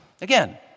Again